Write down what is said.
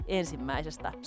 ensimmäisestä